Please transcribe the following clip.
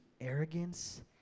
arrogance